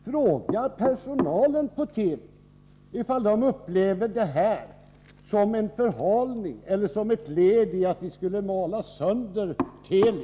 Fråga personalen på Teli om den upplever det här som en förhalning eller som ett led i att mala sönder Teli!